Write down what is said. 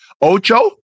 Ocho